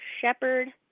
Shepard